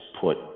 put